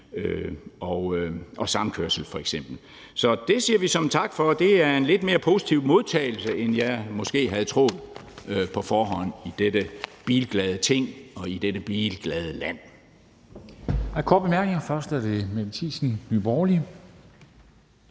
og samkørsel f.eks. Så det siger vi såmænd tak for. Det er en lidt mere positiv modtagelse, end jeg måske havde troet på forhånd i dette bilglade Ting og i dette bilglade land.